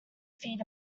feet